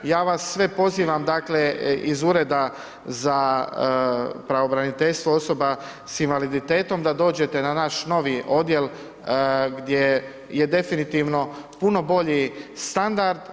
Ja vas sve pozivam, dakle, iz Ureda za pravobraniteljstvo osoba s invaliditetom da dođete na naš novi odjel gdje je definitivno puno bolji standard.